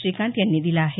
श्रीकांत यांनी दिला आहे